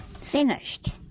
finished